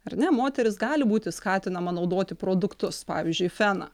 ar ne moteris gali būti skatinama naudoti produktus pavyzdžiui feną